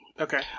Okay